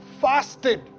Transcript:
fasted